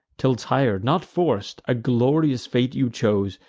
till tir'd, not forc'd, a glorious fate you chose,